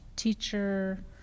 teacher